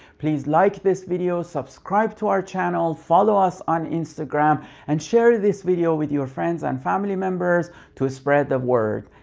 please like this video subscribe to our channel follow us on instagram and share this video with your friends and family members to spread the word.